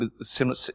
similar